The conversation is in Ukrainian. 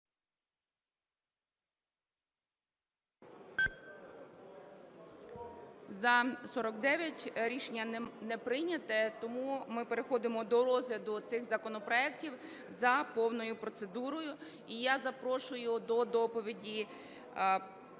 За-49 Рішення не прийняте. Тому ми переходимо до розгляду цих законопроектів за повною процедурою. І я запрошую до доповіді автора